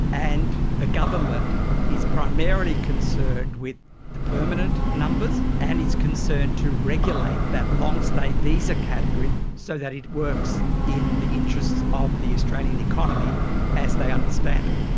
and the government is primarily concerned with the permanent numbers and is concerned to regulate that long-stay visa category so that it works in the interests of the australian economy as they understand it.